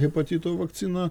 hepatito vakcina